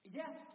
yes